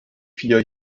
vier